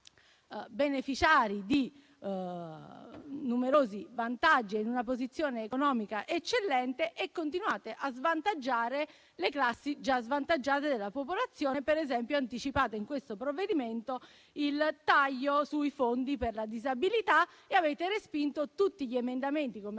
beneficiari di numerosi vantaggi e in una posizione economica eccellente, e continuate a svantaggiare le classi già sfavorite della popolazione; ad esempio, nel provvedimento in discussione anticipate il taglio dei fondi per la disabilità e avete respinto tutti gli emendamenti, come